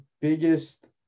biggest